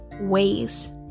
ways